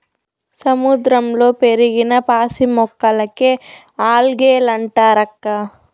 సముద్రంలో పెరిగిన పాసి మొక్కలకే ఆల్గే లంటారక్కా